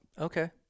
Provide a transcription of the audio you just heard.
okay